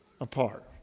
apart